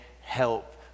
help